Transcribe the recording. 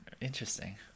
Interesting